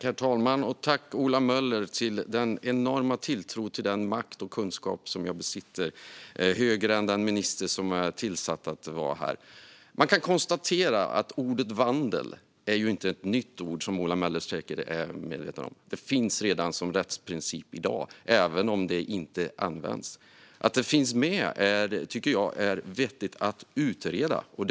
Herr talman! Jag tackar Ola Möller för den enorma tilltron till den makt och kunskap som jag besitter - högre än den ministers som är tillsatt att vara här. Man kan konstatera att ordet vandel inte är ett nytt ord. Det är Ola Möller säkert medveten om. Det finns som rättsprincip redan i dag även om det inte används. Att det finns med tycker jag är vettigt att utreda. Ola Möller efterfrågar exempel.